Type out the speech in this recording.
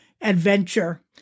adventure